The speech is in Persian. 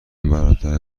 برادر